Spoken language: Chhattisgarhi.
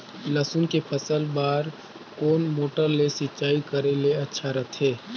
लसुन के फसल बार कोन मोटर ले सिंचाई करे ले अच्छा रथे?